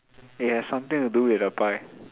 it has something to do with the pie